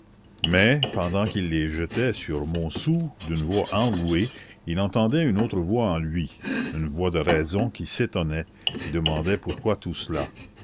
mais pendant qu'il les jetait sur montsou d'une voix enrouée il entendait une autre voix en lui une voix de raison qui s'étonnait qui demandait pourquoi tout cela